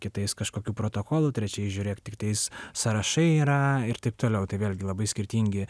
kitais kažkokių protokolų trečiais žiūrėk tiktais sąrašai yra ir taip toliau tai vėlgi labai skirtingi